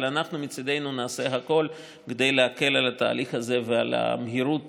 אנחנו מצידנו נעשה הכול כדי להקל על התהליך הזה ועל המהירות